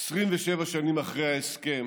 27 שנים אחרי ההסכם